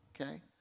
okay